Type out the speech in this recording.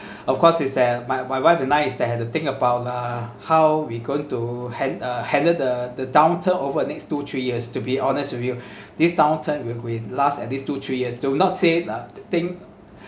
of course is that my my wife and I is to have to think about lah how we going to han~ uh handle the the downturn over the next two three years to be honest with you this downturn will will last at least two three years do not say uh thing